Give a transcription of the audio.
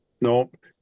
Nope